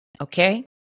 Okay